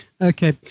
Okay